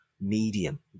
medium